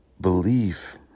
belief